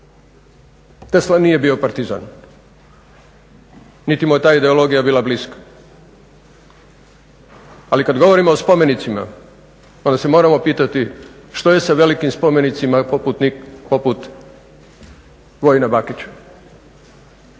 Tesla nije bio partizan, niti mu je ta ideologija bila bliska. Ali kad govorimo o spomenicima onda se moramo pitati što je sa velikim spomenicima poput Vojina Bakić.